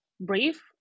brief